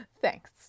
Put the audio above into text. Thanks